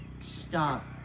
stop